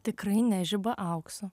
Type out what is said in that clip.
tikrai nežiba auksu